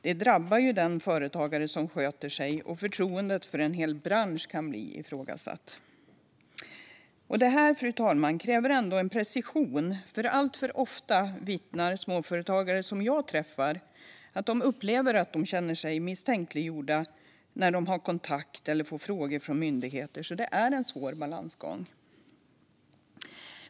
Det drabbar de företagare som sköter sig, och förtroendet för en hel bransch kan bli ifrågasatt. Fru talman! Detta kräver precision, för alltför ofta vittnar småföretagare som jag träffar om att de upplever att de känner sig misstänkliggjorda när de har kontakt med eller får frågor från myndigheter. Det är alltså en svår balansgång.